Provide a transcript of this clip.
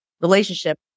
relationship